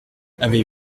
avez